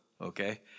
okay